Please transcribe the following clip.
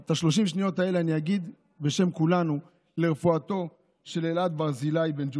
אז ב-30 השניות האלה אגיד בשם כולנו לרפואתו של אלעד ברזילי בן ג'וליה: